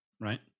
Right